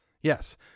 Yes